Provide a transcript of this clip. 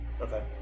Okay